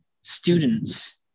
students